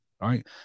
right